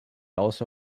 also